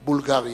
בולגריה.